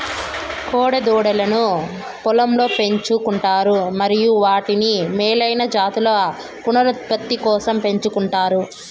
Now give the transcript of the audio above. కోడె దూడలను పొలంలో పెంచు కుంటారు మరియు వాటిని మేలైన జాతుల పునరుత్పత్తి కోసం పెంచుకుంటారు